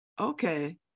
Okay